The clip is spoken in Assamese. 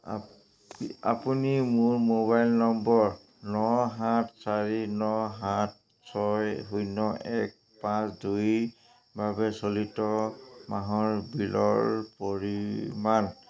আ আপুনি মোৰ মোবাইল নম্বৰ ন সাত চাৰি ন সাত ছয় শূন্য এক পাঁচ দুইৰ বাবে চলিত মাহৰ বিলৰ পৰিমাণ